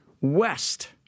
West